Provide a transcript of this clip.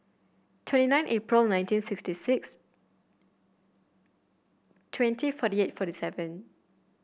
twenty nine April nineteen sixty six twenty forty eight forty seven